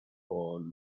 porn